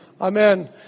Amen